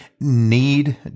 need